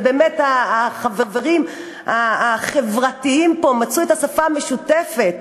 ובאמת החברים החברתיים פה מצאו את השפה המשותפת